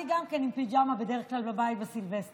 אני גם כן עם פיג'מה בבית בדרך כלל בסילבסטר.